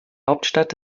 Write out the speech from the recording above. hauptstadt